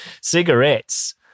Cigarettes